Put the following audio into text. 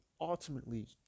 ultimately